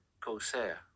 Corsair